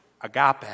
agape